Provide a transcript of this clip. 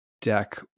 deck